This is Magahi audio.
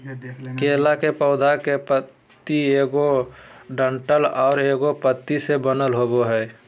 केला के पौधा के पत्ति एगो डंठल आर एगो पत्ति से बनल होबो हइ